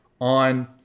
on